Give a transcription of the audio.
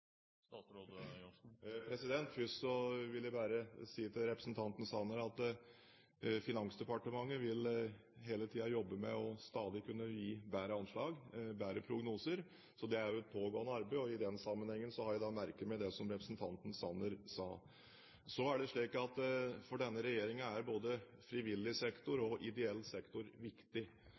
Først vil jeg bare si til representanten Sanner at Finansdepartementet hele tiden vil jobbe med stadig å kunne gi bedre anslag, bedre prognoser. Det er et pågående arbeid. I den sammenhengen har jeg merket meg det som representanten Sanner sa. Så er det slik at for denne regjeringen er både frivillig sektor og ideell sektor viktig.